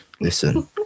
listen